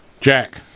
Jack